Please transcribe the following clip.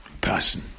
person